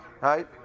Right